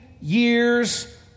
years